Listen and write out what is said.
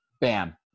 bam